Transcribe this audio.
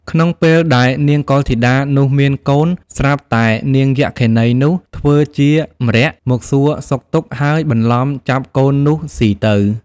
ក្នុងពេលដែលនាងកុលធីតានោះមានកូន ស្រាប់តែនាងយក្ខិនីនោះ ធ្វើជាម្រាក់មកសួរសុខទុក្ខ ហើយបន្លំចាប់កូននោះស៊ីទៅ ។